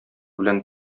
белән